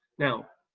now,